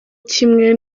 kimwe